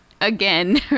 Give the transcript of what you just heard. again